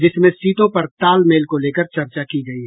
जिसमें सीटों पर तालमेल को लेकर चर्चा की गयी